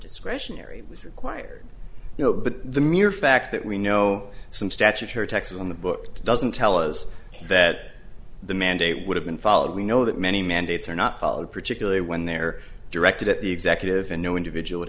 discretionary was required you know but the mere fact that we know some statutory taxes on the book doesn't tell us that the mandate would have been followed we know that many mandates are not followed particularly when they're directed at the executive and no individual